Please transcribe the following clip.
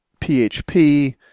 PHP